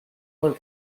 por